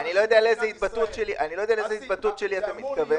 אני לא יודע לאיזה התבטאות שלי אתה מתכוון.